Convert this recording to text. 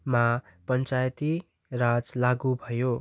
मा पञ्चायती राज लागु भयो